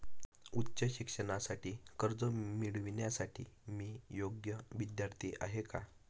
उच्च शिक्षणासाठी कर्ज मिळविण्यासाठी मी योग्य विद्यार्थी आहे का?